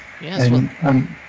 Yes